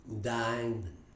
dying